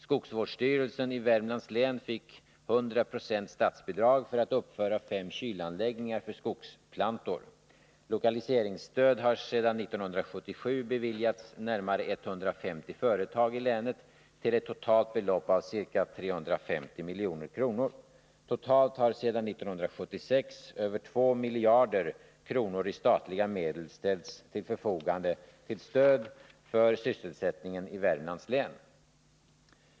Skogsvårdsstyrelsen i Värmlands län fick 100 92 statsbidrag för att uppföra fem kylanläggningar för skogsplantor. Lokaliseringsstöd har sedan 1977 beviljats närmare 150 företag i länet till ett totalt belopp av ca 350 milj.kr. Totalt har sedan 1976 över 2 miljarder kronor i statliga medel ställts till förfogande till stöd för sysselsättningen i Värmlands län.